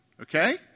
Okay